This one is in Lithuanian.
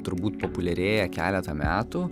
turbūt populiarėja keletą metų